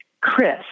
Chris